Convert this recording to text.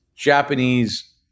Japanese